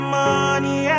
money